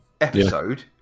episode